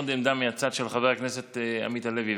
יש לנו עוד עמדה מהצד של חבר הכנסת עמית הלוי.